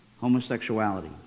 Homosexuality